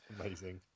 amazing